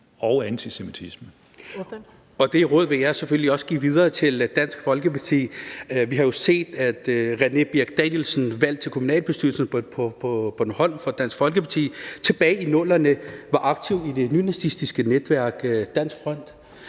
Sikandar Siddique (ALT): Det råd vil jeg selvfølgelig også give videre til Dansk Folkeparti. Vi har set, at René Danielsen, der er valgt til kommunalbestyrelsen på Bornholm for Dansk Folkeparti, tilbage i 00'erne var aktiv i det nynazistiske netværk Dansk Front.